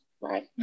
right